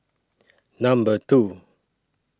Number two